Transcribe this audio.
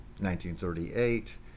1938